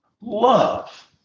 love